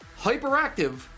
hyperactive